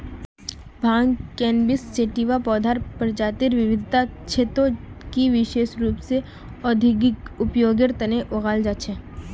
भांग cannabis sativa पौधार प्रजातिक विविधता छे जो कि विशेष रूप स औद्योगिक उपयोगेर तना उगाल जा छे